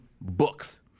books